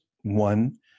One